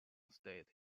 state